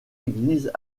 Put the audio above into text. église